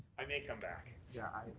i may come back. yeah